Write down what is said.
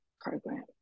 program